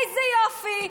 איזה יופי.